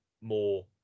more